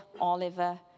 Oliver